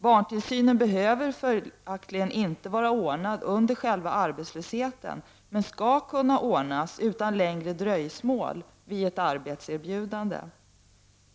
Barntillsynen behöver följaktligen inte vara ordnad under själva arbetslösheten men skall kunna ordnas utan längre dröjsmål vid ett arbetserbjudande.